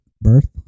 birth